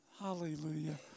hallelujah